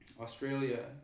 Australia